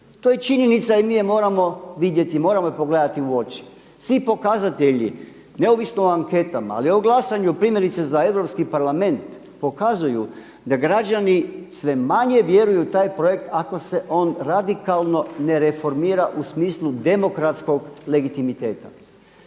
to je činjenica i mi je moramo vidjeti, moramo je pogledati u oči. Svi pokazatelji, neovisno o anketama, ali o glasanju primjerice za Europski parlament pokazuju da građani sve manje vjeruju u taj projekt ako se on radikalno ne reformira u smislu demokratskog legitimiteta.